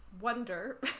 wonder